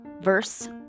verse